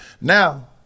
Now